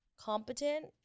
competent